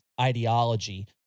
ideology